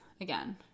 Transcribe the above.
Again